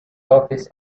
office